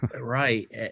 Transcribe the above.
right